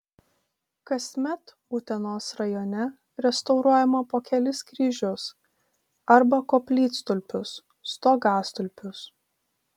kasmet utenos rajone restauruojama po kelis kryžius arba koplytstulpius stogastulpius